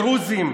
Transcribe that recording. לדרוזים,